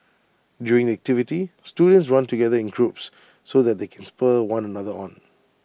during the activity students run together in groups so that they can spur one another on